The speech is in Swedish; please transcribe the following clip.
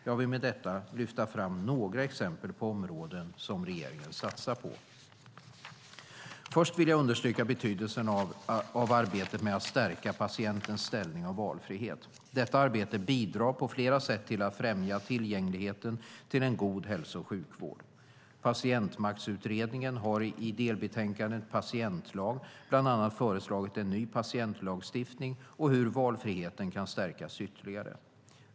Jag vill med detta lyfta fram några exempel på områden som regeringen satsar på. Först vill jag understryka betydelsen av arbetet med att stärka patientens ställning och valfrihet. Detta arbete bidrar på flera sätt till att främja tillgängligheten till en god hälso och sjukvård. Patientmaktsutredningen har i delbetänkandet Patientlag bland annat föreslagit en ny patientlagstiftning och hur valfriheten kan stärkas ytterligare.